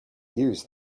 use